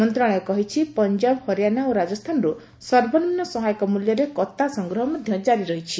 ମନ୍ତ୍ରଣାଳୟ କହିଛି ପଞ୍ଜାବ ହରିଆଣା ଓ ରାଜସ୍ଥାନରୁ ସର୍ବନିମ୍ନ ସହାୟକ ମୂଲ୍ୟରେ କତା ସଂଗ୍ରହ ମଧ୍ୟ ଜାରି ରହିଛି